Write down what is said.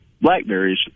blackberries